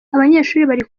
abanyeshuli